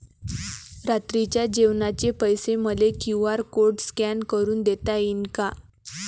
रात्रीच्या जेवणाचे पैसे मले क्यू.आर कोड स्कॅन करून देता येईन का?